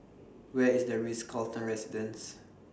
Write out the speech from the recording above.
Where IS The Ritz Carlton Residences